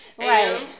Right